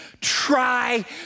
try